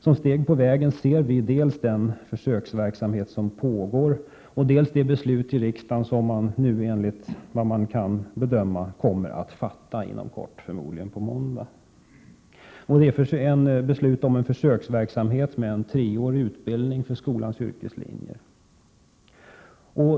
Som steg på vägen ser vi dels den försöksverksamhet som pågår, dels det beslut i riksdagen som förmodligen kommer att fattas nu på måndag. Det gäller beslut om försöksverksamhet med en treårig utbildning för skolans yrkeslinjer.